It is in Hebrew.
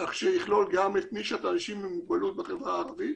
כך שיכלול גם את נישת האנשים עם מוגבלות בחברה הערבית